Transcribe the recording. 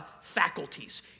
faculties